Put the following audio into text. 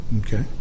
Okay